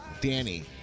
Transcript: Danny